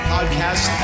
Podcast